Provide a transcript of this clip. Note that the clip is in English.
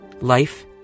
life